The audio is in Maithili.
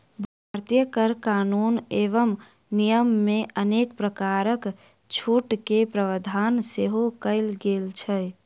भारतीय कर कानून एवं नियममे अनेक प्रकारक छूटक प्रावधान सेहो कयल गेल छै